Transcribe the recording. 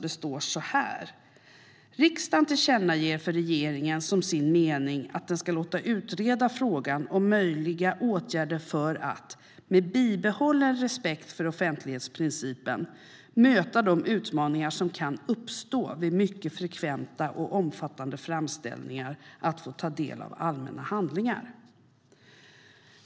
Det står så här: "Riksdagen tillkännager för regeringen som sin mening att den ska låta utreda frågan om möjliga åtgärder för att, med bibehållen respekt för offentlighetsprincipen, möta de utmaningar som kan uppstå vid mycket frekventa och omfattande framställningar att få ta del av allmänna handlingar."